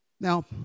Now